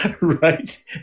right